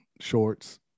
shorts